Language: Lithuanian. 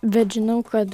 bet žinau kad